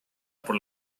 por